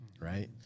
right